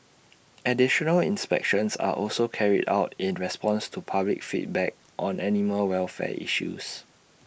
additional inspections are also carried out in response to public feedback on animal welfare issues